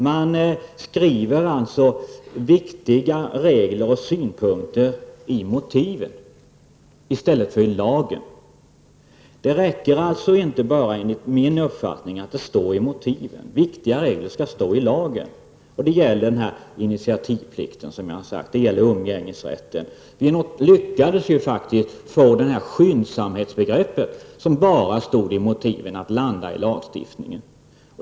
Man skriver in viktiga regler och synpunkter i motiven i stället för i lagtexten. Enligt min uppfattning räcker det inte med att det står i motiven. Viktiga regler skall stå i lagen. Det gäller initiativplikten, som jag har nämnt, och umgängesrätten. Däremot lyckades vi faktiskt få skyndsamhetsbegreppet, som bara återfanns i motiven, att bli inskrivet i lagstiftningen.